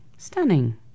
stunning